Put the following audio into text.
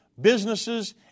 businesses